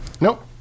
Nope